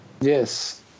yes